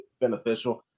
beneficial